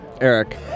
Eric